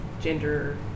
gender